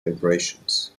vibrations